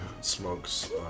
smoke's